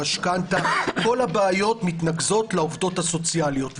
משכנתה כל הבעיות מתנקזות לעובדות הסוציאליות.